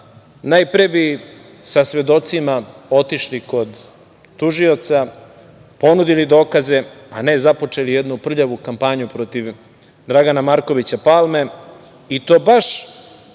najpre bi sa svedocima otišli kod tužioca, ponudili dokaze, a ne započeli jednu prljavu kampanju protiv Dragana Markovića Palme i to baš